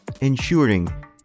ensuring